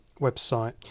website